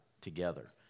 together